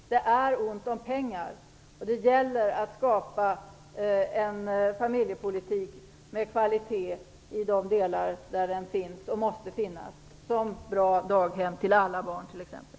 Det är ont om pengar. Det gäller att skapa en familjepolitik med kvalitet i de delar där den finns och måste finnas. Det gäller t.ex.